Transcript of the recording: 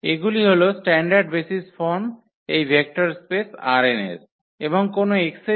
এগুলি হল standard basis form এই ভেক্টর স্পেস ℝn এর